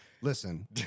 Listen